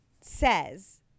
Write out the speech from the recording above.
says